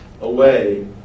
away